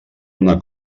una